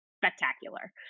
spectacular